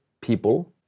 people